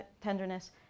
tenderness